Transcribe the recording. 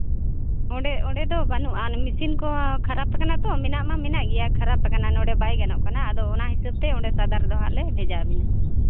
ᱚᱸᱰᱮ ᱚᱸᱰᱮ ᱫᱚ ᱵᱟᱹᱱᱩᱜᱼᱟ ᱢᱮᱹᱥᱤᱱ ᱠᱚ ᱠᱷᱟᱨᱟᱯ ᱠᱟᱱᱟ ᱛᱚ ᱢᱮᱱᱟᱜ ᱢᱟ ᱢᱮᱱᱟᱜ ᱜᱮᱭᱟ ᱠᱷᱟᱨᱟᱯ ᱟᱠᱟᱱᱟ ᱱᱚᱸᱰᱮ ᱵᱟᱭ ᱜᱟᱱᱚᱜ ᱠᱟᱱᱟ ᱟᱫᱚ ᱚᱱᱟ ᱦᱤᱥᱟᱹᱵᱛᱮ ᱚᱸᱰᱮ ᱥᱟᱣᱫᱟᱨ ᱫᱚ ᱦᱟᱸᱜ ᱞᱮ ᱵᱷᱮᱡᱟ ᱢᱮᱭᱟ